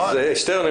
שטרן,